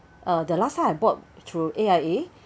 uh the last time I bought through A_I_A